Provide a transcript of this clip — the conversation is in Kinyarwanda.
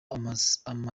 amasegonda